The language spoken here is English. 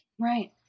Right